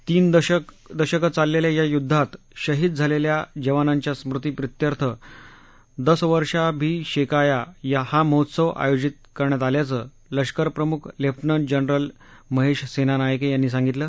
तीन दशक चाललेल्या या युध्दात शहीद झालेल्या जवानांच्या स्मृतीप्रित्यर्थ दसवर्षाभिशेकाया हा महोत्सव आयोजित करण्यात आल्याचं लष्करप्रमुख lieutenant general Mahesh Senanayake यांनी सांगितलं